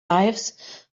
lives